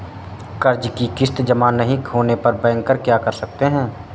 कर्ज कि किश्त जमा नहीं होने पर बैंकर क्या कर सकते हैं?